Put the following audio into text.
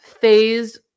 Phase